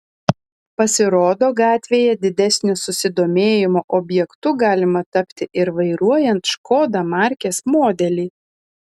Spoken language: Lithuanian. pasirodo gatvėje didesnio susidomėjimo objektu galima tapti ir vairuojant škoda markės modelį